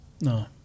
No